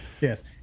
yes